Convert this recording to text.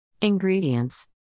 Ingredients